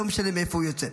לא משנה מאיפה הוא יוצא.